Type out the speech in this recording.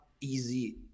easy